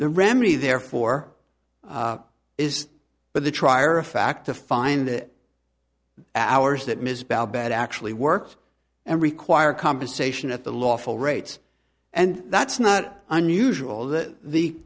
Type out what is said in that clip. the remedy therefore is but the trier of fact to find that hours that ms bell bad actually works and require compensation at the lawful rates and that's not unusual that the